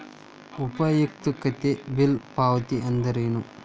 ಉಪಯುಕ್ತತೆ ಬಿಲ್ ಪಾವತಿ ಅಂದ್ರೇನು?